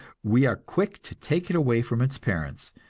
we are quick to take it away from its parents,